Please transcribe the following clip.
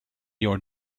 your